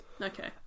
okay